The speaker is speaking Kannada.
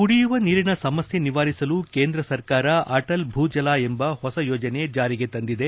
ಕುಡಿಯುವ ನೀರಿನ ಸಮಸ್ಟೆ ನಿವಾರಿಸಲು ಕೇಂದ್ರ ಸರ್ಕಾರ ಅಟಲ್ ಭೂಜಲ ಎಂಬ ಹೊಸ ಯೋಜನೆ ಜಾರಿಗೆ ತಂದಿದೆ